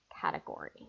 category